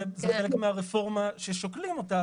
זה חלק מהרפורמה ששוקלים אותה